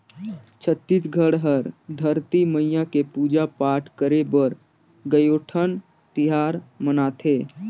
छत्तीसगढ़ हर धरती मईया के पूजा पाठ करे बर कयोठन तिहार मनाथे